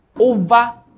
over